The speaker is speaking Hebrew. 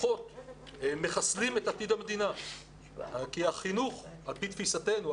אנחנו מחסלים את עתיד המדינה כי החינוך על פי תפיסתנו,